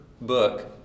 book